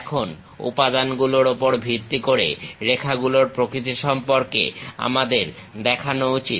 এখন উপাদানগুলোর উপর ভিত্তি করে রেখাগুলোর প্রকৃতি সম্পর্কে আমাদের দেখানো উচিত